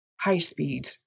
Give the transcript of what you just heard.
high-speed